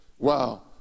Wow